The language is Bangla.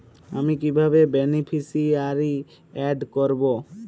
আমি কিভাবে বেনিফিসিয়ারি অ্যাড করব?